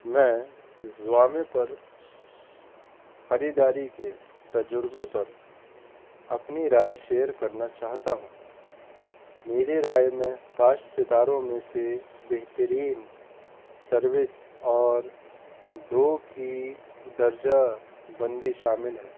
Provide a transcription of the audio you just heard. میں زوامے پر خریداری کے تجربے پر اپنی رائے شیئر کرنا چاہتا ہوں میری رائے میں پانچ ستاروں میں سے بہترین سروس اور دو کی درجہ بندی شامل ہے